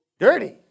Dirty